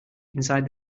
inside